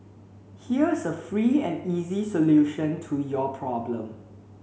here's a free and easy solution to your problem